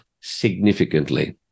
significantly